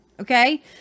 okay